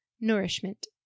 Nourishment